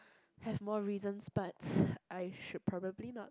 have more reason but I should probably not